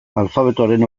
alfabetoaren